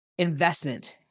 investment